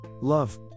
Love